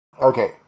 Okay